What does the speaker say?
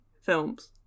films